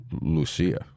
Lucia